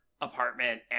apartment